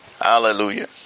Hallelujah